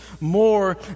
more